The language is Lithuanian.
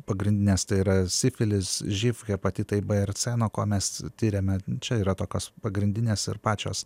pagrindinės tai yra sifilis živ hepatitai b ir c nuo ko mes tiriame čia yra tokios pagrindinės ir pačios